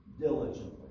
diligently